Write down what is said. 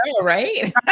right